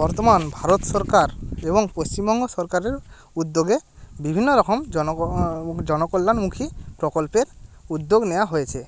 বর্তমান ভারত সরকার এবং পশ্চিমবঙ্গ সরকারের উদ্যোগে বিভিন্ন রকম জন জনকল্যাণমুখী প্রকল্পের উদ্যোগ নেওয়া হয়েছে